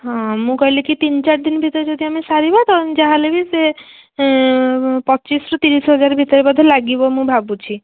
ହଁ ମୁଁ କହିଲି କି ତିନି ଚାରି ଦିନ ଭିତରେ ଯଦି ଆମେ ସାରିବା ତ ଯାହା ହେଲେ ବି ସେ ପଚିଶରୁ ତିରିଶ ହଜାର ଭିତରେ ବୋଧେ ଲାଗିବ ମୁଁ ଭାବୁଛି